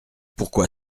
pourquoi